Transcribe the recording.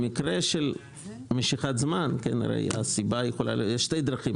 במקרה של משיכת זמן הרי הסיבה יכולה להיות יש שתי דרכים: